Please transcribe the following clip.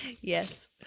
Yes